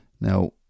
Now